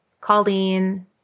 Colleen